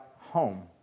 home